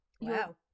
wow